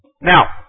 Now